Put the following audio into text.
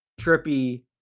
Trippy